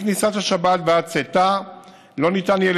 מכניסת השבת ועד צאתה לא ניתן יהיה